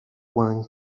pueden